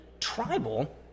Tribal